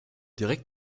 direkt